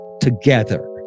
together